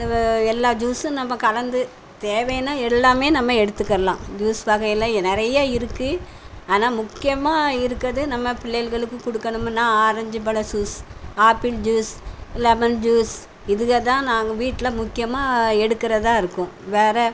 இந்த வ எல்லா ஜூஸும் நம்ம கலந்து தேவைன்னால் எல்லாமே நம்ம எடுத்துக்கிடலாம் ஜூஸ் வகையில் நிறைய இருக்குது ஆனால் முக்கியமாக இருக்கிறது நம்ம பிள்ளைகளுக்குக் கொடுக்கணுமுன்னா ஆரஞ்சு பழ juice apple juice lemon juice இதுங்க தான் நாங்கள் வீட்டில் முக்கியமாக எடுக்கிறதா இருக்கும் வேறு